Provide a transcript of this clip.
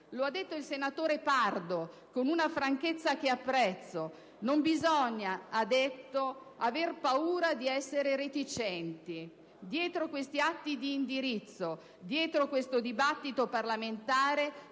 Lo ha detto il senatore Pardi, con una franchezza che apprezzo. «Non bisogna - ha detto - aver paura di essere reticenti: dietro questi atti di indirizzo, dietro questo dibattito parlamentare